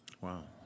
Wow